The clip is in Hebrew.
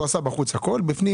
הוא עשה הכל בחוץ, ובפנים